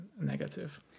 negative